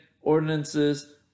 ordinances